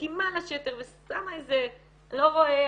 מסכימה לשקר ושמה איזה "אני לא רואה,